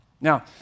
Now